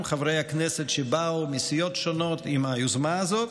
חברי הכנסת שבאו מסיעות שונות עם היוזמה הזאת.